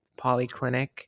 Polyclinic